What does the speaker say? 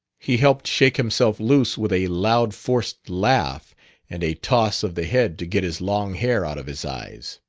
he helped shake himself loose with a loud forced laugh and a toss of the head to get his long hair out of his eyes.